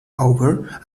over